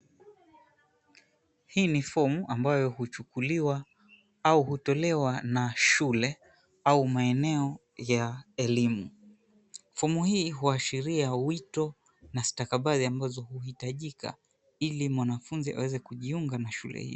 Hii ni fomu ambayo huchukuliwa au hutolewa na shule au maeneo ya elimu. Fomu hii huashiria wito na stakabadhi ambazo huitajika ili mwanafunzi aweze kujiunga na shule hiyo.